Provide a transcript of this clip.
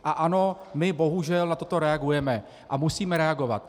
A ano, my bohužel na toto reagujeme a musíme reagovat.